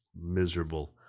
miserable